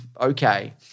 okay